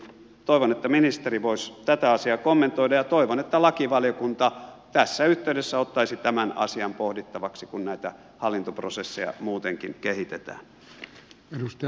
toivon että ministeri voisi tätä asiaa kommentoida ja toivon että lakivaliokunta tässä yhteydessä ottaisi tämän asian pohdittavaksi kun näitä hallintoprosesseja muutenkin kehitetään